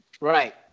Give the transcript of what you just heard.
Right